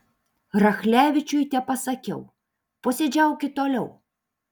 rachlevičiui tepasakiau posėdžiaukit toliau